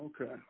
Okay